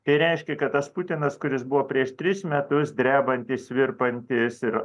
tai reiškia kad tas putinas kuris buvo prieš tris metus drebantis virpantis ir